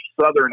southern